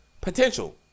Potential